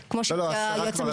אבל כמו שאמר היועץ המשפטי.